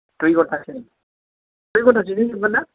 दुइ घन्टासिम डुइ घन्टासोजों जोबगोनना